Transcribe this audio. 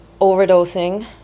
overdosing